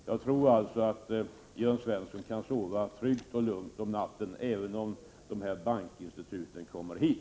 Jag tror alltså att Jörn Svensson kan sova tryggt och lugnt om natten, även om de här bankinstituten kommer hit.